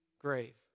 grave